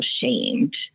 shamed